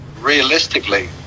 realistically